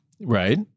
Right